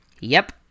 Yep